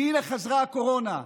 כי הינה, חזרה הקורונה.